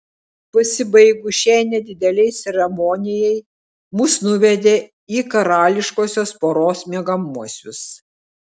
pasibaigus šiai nedidelei ceremonijai mus nuvedė į karališkosios poros miegamuosius